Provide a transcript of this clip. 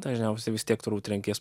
dažniausiai vis tiek turbūt renkies